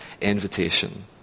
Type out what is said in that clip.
invitation